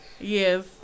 Yes